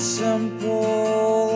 simple